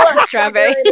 strawberry